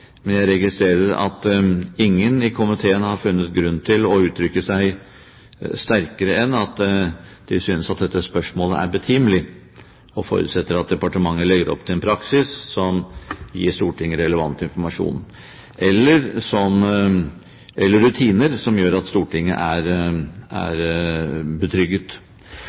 Men jeg registrerer at ingen i komiteen har funnet grunn til å uttrykke seg sterkere enn at de synes at dette spørsmålet er betimelig og forutsetter at departementet legger opp til en praksis som gir Stortinget relevant informasjon eller rutiner som gjør at Stortinget er betrygget.